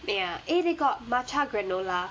ya eh they got matcha granola